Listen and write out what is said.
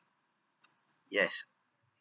yes